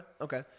Okay